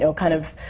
so kind of